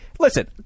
Listen